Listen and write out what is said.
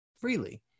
freely